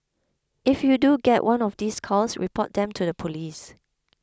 if you do get one of these calls report them to the police